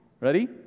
Ready